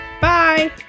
Bye